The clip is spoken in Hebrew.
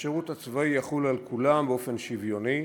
שהשירות הצבאי יחול על כולם באופן שוויוני,